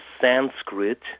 Sanskrit